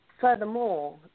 furthermore